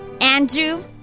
Andrew